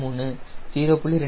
0